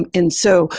um and so,